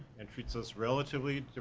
and treats us relatively,